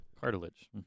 cartilage